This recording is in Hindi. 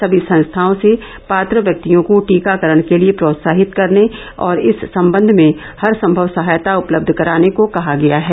सभी संस्थाओं से पात्र व्यक्तियों को टीकाकरण के लिए प्रोत्साहित करने और इस संबंध में हर संभव सहायता उपलब्ध कराने को कहा गया है